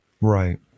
Right